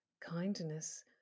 kindness